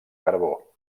carbó